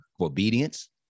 obedience